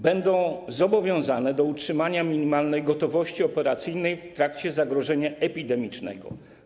Będą zobowiązane do utrzymania minimalnej gotowości operacyjnej w trakcie zagrożenia epidemicznego.